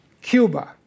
Cuba